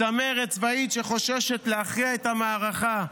צמרת צבאית שחוששת להכריע את המערכה.